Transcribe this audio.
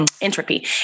entropy